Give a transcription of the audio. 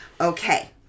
okay